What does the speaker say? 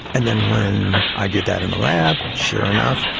and then when i did that in the lab, sure enough,